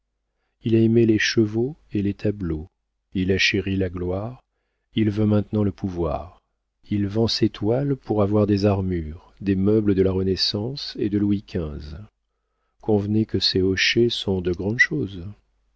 il a aimé les chevaux et les tableaux il a chéri la gloire il veut maintenant le pouvoir il vend ses toiles pour avoir des armures des meubles de la renaissance et de louis xv convenez que ses hochets sont de grandes choses